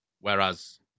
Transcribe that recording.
Whereas